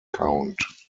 count